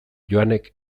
joanek